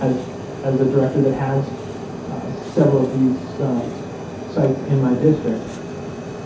as as a director that has several of these sites in my district